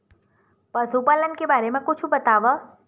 पशुपालन के बारे मा कुछु बतावव?